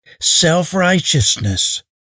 self-righteousness